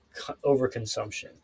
overconsumption